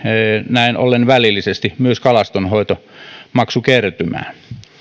näin ollen välillisesti myös kalastonhoitomaksukertymään